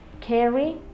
Carry